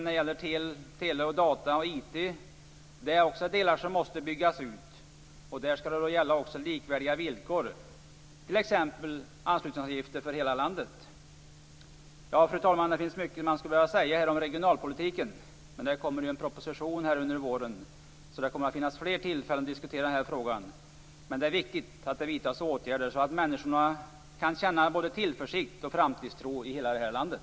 Även tele, data och IT måste byggas ut. Där skall gälla likvärdiga villkor, t.ex. Fru talman! Det finns mycket man skulle vilja säga om regionalpolitiken. Men det kommer ju en proposition under våren så det kommer att finnas fler tillfällen att diskutera frågan. Men det är viktigt att det vidtas åtgärder så att människorna kan känna både tillförsikt och framtidstro i hela landet.